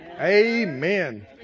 Amen